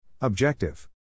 Objective